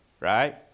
right